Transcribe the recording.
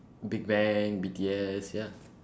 big bang B_T_S ya